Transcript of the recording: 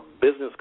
business